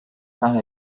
thought